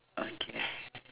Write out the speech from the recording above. okay